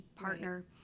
partner